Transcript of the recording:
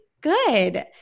good